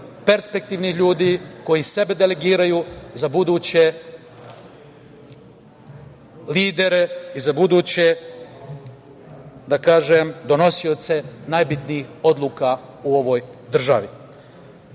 perspektivnih ljudi koji sebe delegiraju za buduće lidere i za buduće, da kažem, donosioce najbitnijih odluka u ovoj